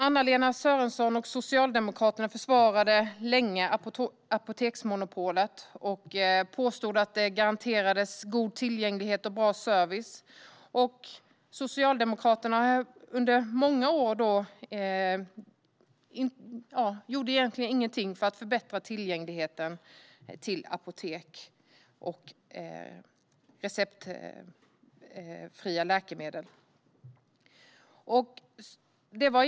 Anna-Lena Sörenson och Socialdemokraterna försvarade länge apoteksmonopolet och påstod att det garanterade god tillgänglighet och bra service. Socialdemokraterna gjorde under många år egentligen ingenting för att förbättra tillgängligheten till apotek och receptfria läkemedel.